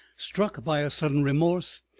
struck by a sudden remorse,